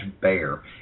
bear